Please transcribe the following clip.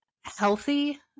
healthy